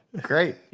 Great